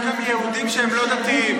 יש גם יהודים שהם לא דתיים.